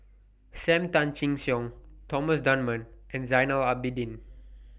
SAM Tan Chin Siong Thomas Dunman and Zainal Abidin